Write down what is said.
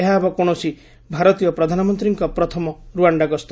ଏହା ହେବ କୌଣସି ଭାରତୀୟ ପ୍ରଧାନମନ୍ତ୍ରୀଙ୍କ ପ୍ରଥମ ରୁଆଶ୍ଡା ଗସ୍ତ